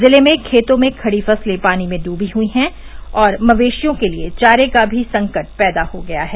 जिले में खेतों में खड़ी फसलें पानी में डूबी हुई है और मवेशियों के लिए चारे का भी संकट पैदा हो गया है